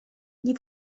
gli